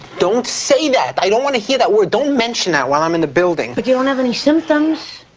don't say that, i don't want to hear that word, don't mention that while i'm in the building. but you don't have any symptoms.